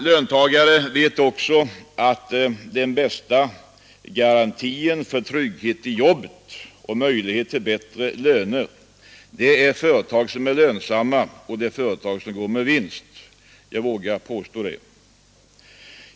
Löntagarna vet att den bästa garantin för trygghet i jobbet och möjlighet till bättre löner är företag som är lönsamma och som går med vinst. Jag vågar påstå det.